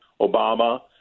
Obama